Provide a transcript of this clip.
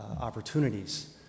opportunities